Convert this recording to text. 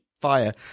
fire